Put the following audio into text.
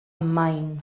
main